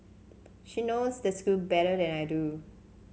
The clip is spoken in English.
she knows the school better than I do